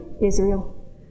Israel